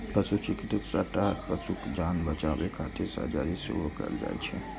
पशु चिकित्साक तहत पशुक जान बचाबै खातिर सर्जरी सेहो कैल जाइ छै